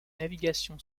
navigation